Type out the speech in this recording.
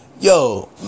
Yo